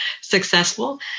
successful